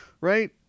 Right